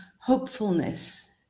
hopefulness